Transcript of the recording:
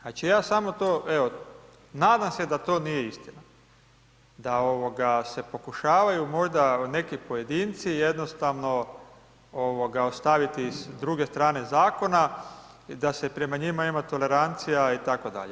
Znači ja samo to, evo nadam se da to nije istina da se pokušavaju možda neki pojedinci jednostavno ostaviti s druge strane zakona i da se prema njima ima tolerancija itd.